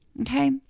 Okay